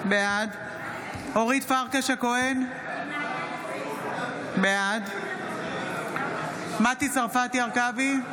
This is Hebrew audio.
בעד אורית פרקש הכהן, בעד מטי צרפתי הרכבי,